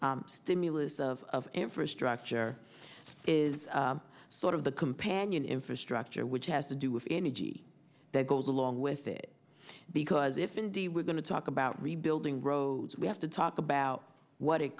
the stimulus of infrastructure is sort of the companion infrastructure which has to do with energy that goes along with it because if indeed we're going to talk about rebuilding roads we have to talk about what it